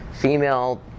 female